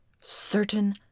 certain